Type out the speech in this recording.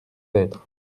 d’être